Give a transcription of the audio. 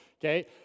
okay